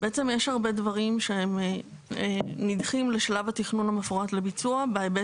והאמן לי שהם בקיאים בכל מה שקורה בכל תאגיד